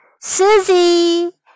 Susie